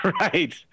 Right